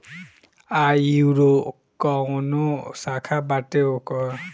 आयूरो काऊनो शाखा बाटे ओकर